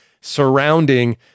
surrounding